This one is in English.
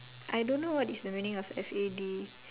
I don't know what is the meaning of F A D